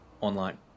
online